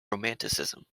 romanticism